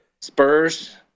Spurs